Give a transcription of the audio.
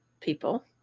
people